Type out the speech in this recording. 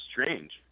strange